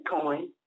Coin